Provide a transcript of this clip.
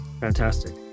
Fantastic